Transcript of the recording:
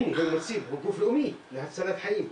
הם גוף לאומי להצלת חיים,